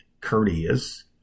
courteous